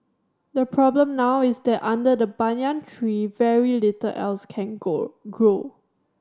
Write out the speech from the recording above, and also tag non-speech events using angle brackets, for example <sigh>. the problem now is that under the banyan tree very little else can <unintelligible> grow